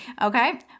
Okay